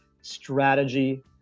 strategy